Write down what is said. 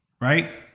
right